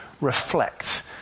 reflect